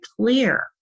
clear